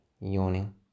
Yawning